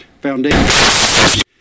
foundation